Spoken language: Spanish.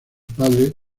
padre